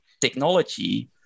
technology